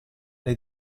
lei